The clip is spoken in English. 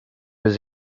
was